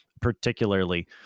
particularly